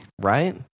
right